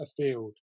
afield